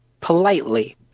politely